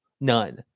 None